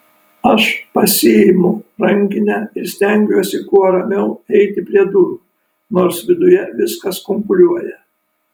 aš pasiimu rankinę ir stengiuosi kuo ramiau eiti prie durų nors viduje viskas kunkuliuoja